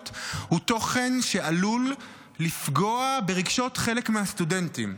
הוא תוכן שעלול לפגוע ברגשות חלק מהסטודנטים.